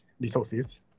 resources